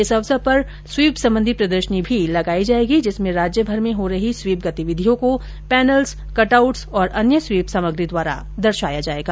इस अवसर पर स्वीप संबंधी प्रदर्शनी का भी आयोजन किया जाएगा जिसमें राज्य भर में हो रही स्वीप गतिविधियों को पैनल्स कट आउट्स और अन्य स्वीप सामग्री द्वारा दर्शाया जाएगा